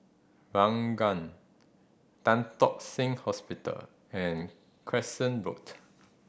Ranggung Tan Tock Seng Hospital and Crescent Road